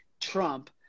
trump